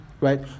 right